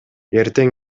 эртең